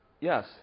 Yes